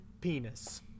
penis